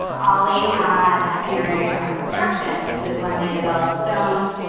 ollie had a urinary tract obstruction, which is when they develop stones,